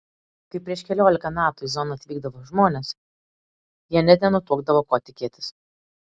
kai prieš keliolika metų į zoną atvykdavo žmonės jie net nenutuokdavo ko tikėtis